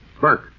Burke